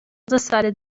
decided